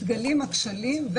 מתגלים הכשלים,